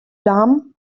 damen